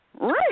right